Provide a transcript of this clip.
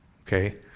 okay